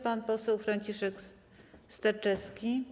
Pan poseł Franciszek Sterczewski.